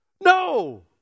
No